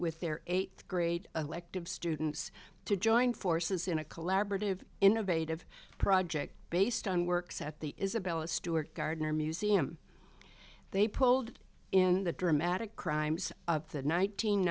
with their eighth grade elective students to join forces in a collaborative innovative project based on works at the isabella stewart gardner museum they pulled in the dramatic crimes of the nineteen